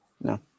No